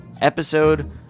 episode